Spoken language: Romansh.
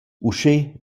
uschè